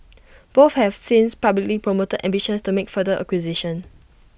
both have since publicly promoted ambitions to make further acquisitions